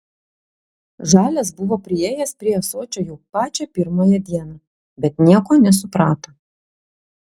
žalias buvo priėjęs prie ąsočio jau pačią pirmąją dieną bet nieko nesuprato